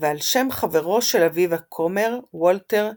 ועל שם חברו של אביו הכומר וולטר פארר,